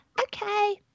Okay